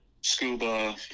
scuba